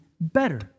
better